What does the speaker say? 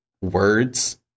words